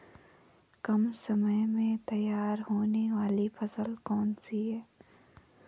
कम समय में तैयार होने वाली फसल कौन सी है?